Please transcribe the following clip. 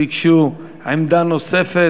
יש שלושה חברי כנסת שביקשו עמדה נוספת.